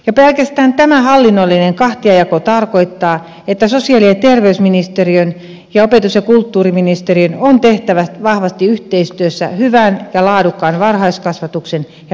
jo pelkästään tämä hallinnollinen kahtiajako tarkoittaa että sosiaali ja terveysministeriön ja opetus ja kulttuuriministeriön on tehtävä vahvasti yhteistyötä hyvän ja laadukkaan varhaiskasvatuksen ja päivähoidon puolesta